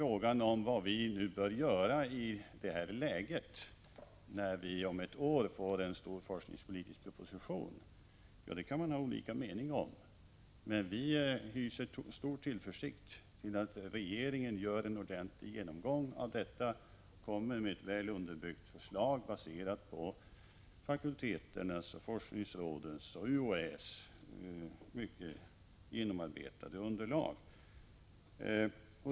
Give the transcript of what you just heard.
Vad bör vi nu göra i detta läge, när vi om ett år får en stor forskningspolitisk proposition? Det kan man ha olika mening om, men vi hyser stor tillförsikt till att regeringen gör en ordentlig genomgång av detta och kommer med ett 107 väl underbyggt förslag, baserat på fakulteternas, forskningsrådens och UHÄ:s mycket genomarbetade underlag.